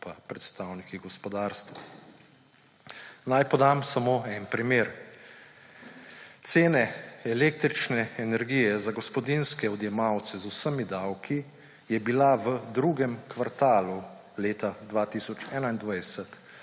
in predstavniki gospodarstva. Naj podam samo en primer. Cena električne energije za gospodinjske odjemalce z vsemi davki je bila v drugem kvartalu leta 2021